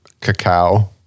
cacao